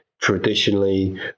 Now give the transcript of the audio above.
traditionally